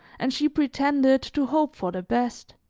and she pretended to hope for the best.